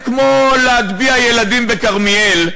זה כמו להטביע ילדים בכרמיאל,